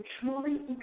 truly